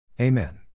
Amen